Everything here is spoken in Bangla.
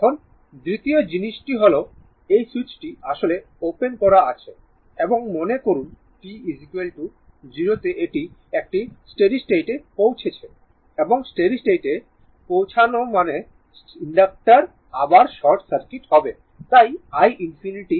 এখন দ্বিতীয় জিনিসটি হল এই সুইচটি আসলে ওপেন করা আছে এবং মনে করুন t 0 তে এটি একটি স্টেডি স্টেটে পৌঁছেছে এবং স্টেডি স্টেট এ পৌঁছানো মানে ইনডাক্টর আবার শর্ট সার্কিট হবে তাই i 20 ভোল্ট